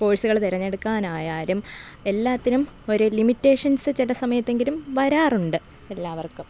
കോഴ്സുകൾ തെരഞ്ഞെടുക്കാൻ ആയാലും എല്ലാത്തിനും ഒരു ലിമിറ്റേഷൻസ് ചില സമയത്തെങ്കിലും വരാറുണ്ട് എല്ലാവർക്കും